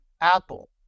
Apple